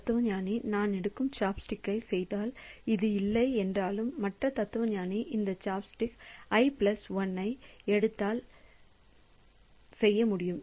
இந்த தத்துவஞானி நான் எடுக்கும் சாப்ஸ்டிக் செய்தால் அது இல்லை என்றாலும் மற்ற தத்துவஞானி இந்த சாப்ஸ்டிக் ஐ பிளஸ் 1 பிக் அப் செய்ய முடியும்